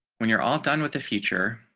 when you're all done with the future.